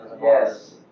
Yes